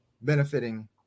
benefiting